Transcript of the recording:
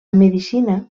medicina